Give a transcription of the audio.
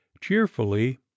cheerfully